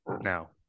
now